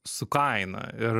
su kaina ir